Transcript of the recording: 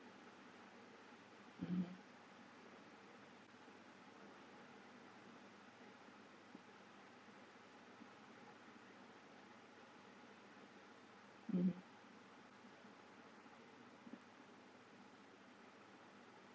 mmhmm mmhmm